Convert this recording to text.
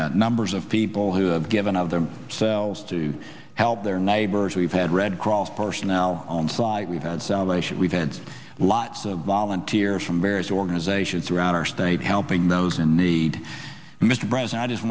seen numbers of people who have given of their selves to help their neighbors we've had red cross personnel on the flight we've had salvation we've had lots of volunteers from various organizations around our state helping those in need mr branson i just